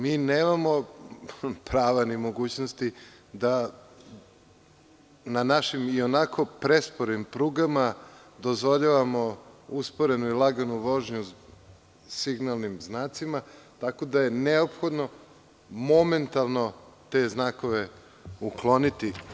Mi nemamo prava ni mogućnosti da na našim ionako presporim prugama dozvoljavamo usporenu i laganu vožnju signalnim znacima, tako da je neophodno momentalno te znakove ukloniti.